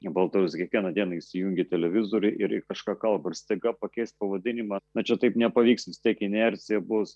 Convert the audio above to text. baltarusiją kiekvieną dieną įsijungi televizorių ir ir kažką kalba ir staiga pakeist pavadinimą na čia taip nepavyks vistiek inercija bus